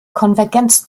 konvergenz